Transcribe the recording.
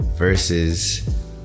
versus